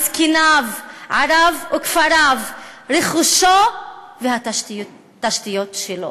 על זקניו, עריו וכפריו, רכושו והתשתיות שלו,